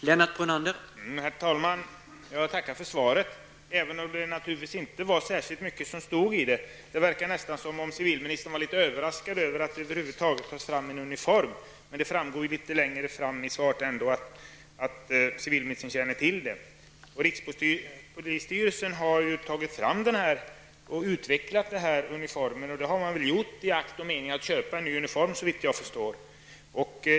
Herr talman! Jag vill tacka för svaret, även om det inte stod särskilt mycket i det. Det verkar nästan som om civilministern var litet överraskad över att det över huvud taget tas fram en ny uniform. Men det framgår ju senare i svaret att civilministern ändå känner till det. Rikspolisstyrelsen har tagit fram och utvecklat uniformen. Det har man väl gjort i akt och mening att köpa en ny uniform, såvitt jag förstår.